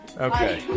Okay